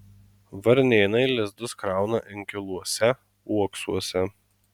varnėnai lizdus krauna inkiluose uoksuose